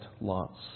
lots